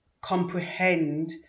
comprehend